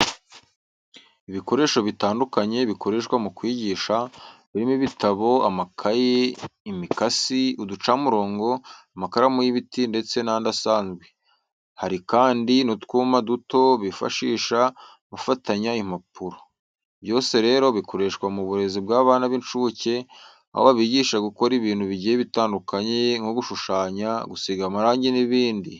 Ibikoresho bitandukanye bikoreshwa mu kwigisha, birimo ibitabo, amakaye, imikasi, uducamurongo, amakaramu y'ibiti ndetse n'andi asanzwe, hari kandi n'utwuma duto bifashisha bafatanya impapuro. Byose rero bikoreshwa mu burezi bw'abana b'inshuke, aho babigisha gukora ibintu bigiye bitandukanye nko gushushanya, gusiga amarangi n'ibindi.